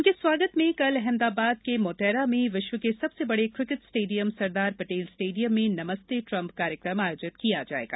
उनके स्वागत में कल अहमदाबाद के मोटेरा में विश्व के सबसे बड़े cricket stadium Sardar Patel stadium में नमस्ते ट्रम्प कार्यक्रम आयोजित किया जाएगा